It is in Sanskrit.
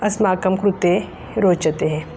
अस्माकं कृते रोचते